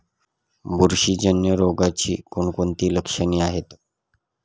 बुरशीजन्य रोगाची कोणकोणती लक्षणे आहेत?